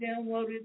downloaded